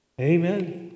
Amen